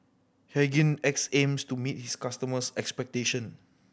Hygin X aims to meet its customers' expectation